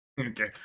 Okay